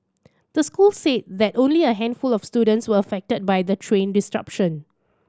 the school said that only a handful of students were affected by the train disruption